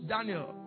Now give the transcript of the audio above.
Daniel